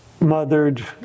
mothered